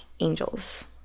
Angels